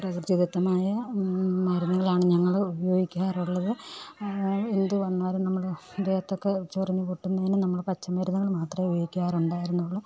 പ്രകൃതിദത്തമായ മരുന്നുകളാണ് ഞങ്ങൾ ഉപയോഗിക്കാറുള്ളത് എന്ത് വന്നാലും നമ്മൾ ദേഹത്തൊക്കെ ചൊറിഞ്ഞു പൊട്ടുന്നതിനും പച്ചമരുന്നുകള് മാത്രമേ ഉപയോഗിക്കാറുണ്ടായിരുന്നുള്ളൂ